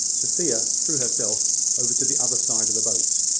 sophia threw herself over to the other side of the boat,